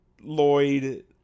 Lloyd